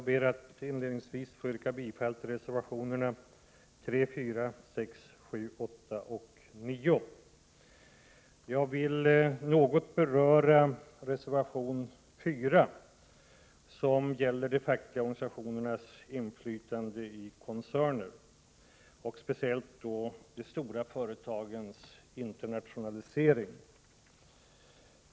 Herr talman! Inledningsvis ber jag att få yrka bifall till reservationerna 3, 4, 6, 7, 8 och 9. Jag vill något beröra reservation 4, som gäller de fackliga organisationernas inflytande i koncerner och speciellt de stora företagens internationalisering.